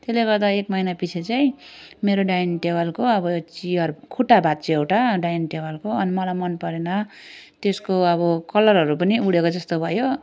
त्यसले गर्दा एक महिनापिछे चाहिँ मेरो डाइनिङ टेबलको अब चियर खुट्टा भाँच्चियो एउटा डाइनिङ टेबलको अनि मलाई मनपरेन त्यसको अब कलरहरू पनि उडेको जस्तो भयो